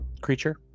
creature